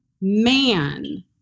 man